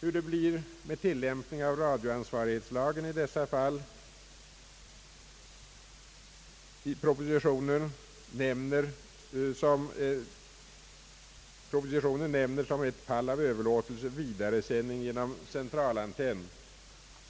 Hur det blir med tillämpningen av radioansvarighetslagen i dessa fall — propositionen nämner som ett fall av överlåtelse vidaresändning genom centralantenn —